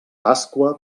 pasqua